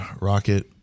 rocket